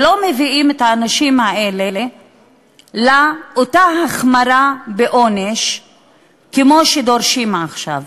ולא מביאים את האנשים האלה לאותה החמרה בעונש כמו שדורשים עכשיו.